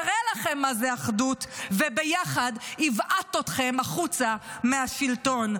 יראה לכם מה זה אחדות וביחד יבעט אתכם החוצה מהשלטון.